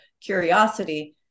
curiosity